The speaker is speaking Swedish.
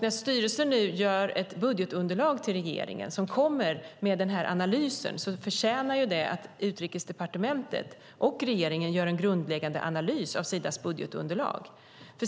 När styrelsen gör ett budgetunderlag till regeringen som kommer med den här analysen, förtjänar det att Utrikesdepartementet och regeringen gör en grundläggande analys av Sidas budgetunderlag.